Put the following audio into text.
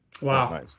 Wow